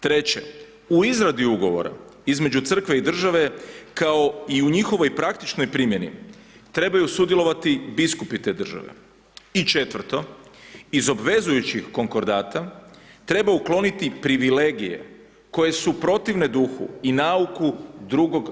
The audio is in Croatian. Treće, u izradi ugovora između Crkve i države kao i u njihovoj praktičnoj primjeni, trebaju sudjelovati biskupi te države i četvrto, iz obvezujućih konkordata treba ukloniti privilegije koje su protivne duhu i nauku II.